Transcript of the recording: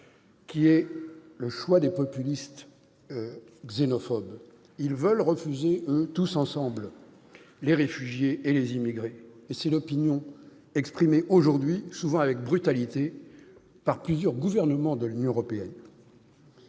le choix des populistes xénophobes qui, eux, veulent refuser tous les réfugiés et tous les immigrés. C'est l'opinion exprimée aujourd'hui, souvent avec brutalité, par plusieurs gouvernements de l'Union européenne.